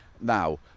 Now